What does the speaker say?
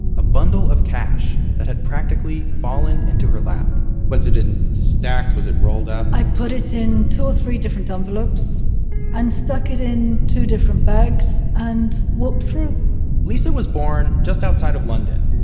a bundle of cash that had practically fallen into her lap was it in stacks? was it rolled up? i put it in two or three different envelopes and stuck it in two different bags and walked through lisa was born just outside of london,